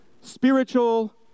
Spiritual